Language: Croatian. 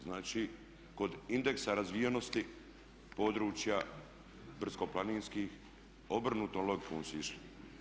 Znači, kod indeksa razvijenosti područja brdsko-planinskih obrnutom logikom su išli.